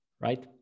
right